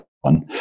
one